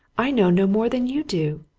i know no more than you do.